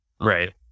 Right